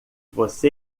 você